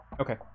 Okay